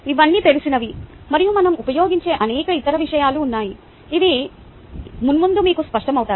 ఇవన్నీ తెలిసినవి మరియు మనం ఉపయోగించే అనేక ఇతర విషయాలు ఉన్నాయి ఇవి మున్ముందు మీకు స్పష్టమవుతాయి